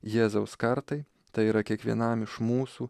jėzaus kartai tai yra kiekvienam iš mūsų